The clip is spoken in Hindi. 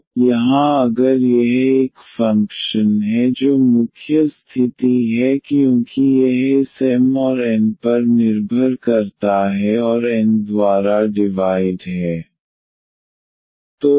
तो यहाँ अगर यह एक फ़ंक्शन है जो मुख्य स्थिति है क्योंकि यह इस M और N पर निर्भर करता है और N द्वारा डिवाइड है